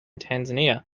tanzania